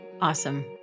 Awesome